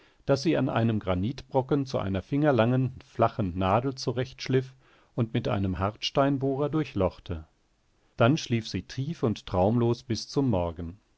das sie an einem granitbrocken zu einer fingerlangen flachen nadel zurechtschliff und mit einem hartsteinbohrer durchlochte dann schlief sie tief und traumlos bis zum morgen